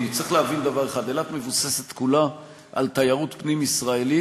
כי צריך להבין דבר אחד: אילת מבוססת כולה על תיירות פנים ישראלית,